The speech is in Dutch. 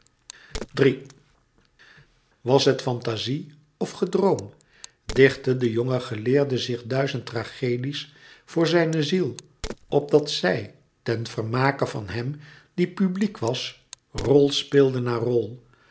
was het fantazie of gedroom dichtte de jonge geleerde zich duizend tragedies voor zijne ziel opdat zij ten vermake van hèm die publiek was rol speelde na rol